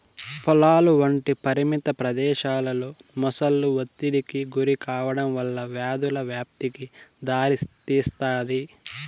పొలాలు వంటి పరిమిత ప్రదేశాలలో మొసళ్ళు ఒత్తిడికి గురికావడం వల్ల వ్యాధుల వ్యాప్తికి దారితీస్తాది